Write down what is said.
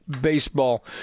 baseball